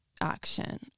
Action